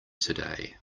today